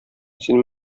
син